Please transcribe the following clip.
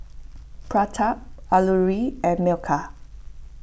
Pratap Alluri and Milkha